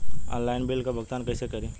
Online bill क भुगतान कईसे करी?